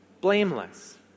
blameless